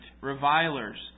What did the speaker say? revilers